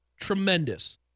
tremendous